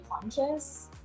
conscious